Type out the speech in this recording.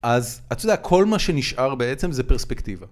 אז, אתה יודע, כל מה שנשאר בעצם זה פרספקטיבה.